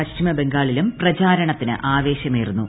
പശ്ചിമബംഗാളിലും പ്രചാരണത്തിന് ആവേശമേറുന്നു